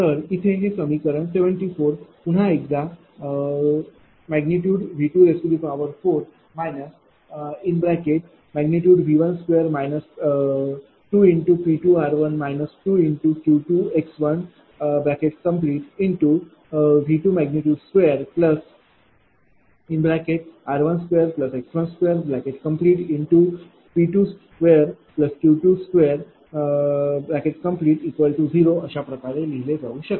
तर इथे हे समीकरण 74 पुन्हा एकदा V4 । V1।2 2P2r1 2Q2x1V22r21x2P22Q20 अशा प्रकारे लिहिले जाऊ शकते